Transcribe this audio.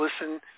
listen